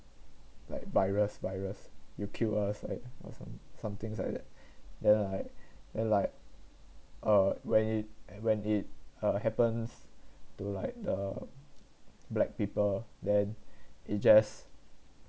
like virus virus you kill us like or some~ somethings like that then like then like uh when it when it uh happens to like the black people then it just